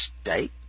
state